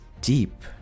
deep